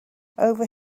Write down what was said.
over